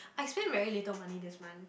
I spend very little money this month